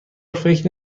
فکر